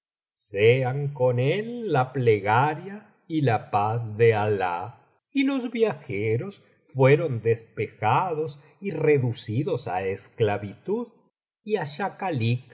la plegaria y la paz de alah y los viajeros fueron despojados y reducidos á esclavitud y